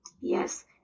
yes